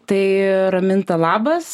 tai raminta labas labas